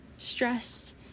stressed